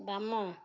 ବାମ